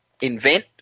invent